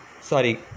sorry